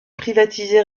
privatisé